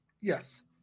yes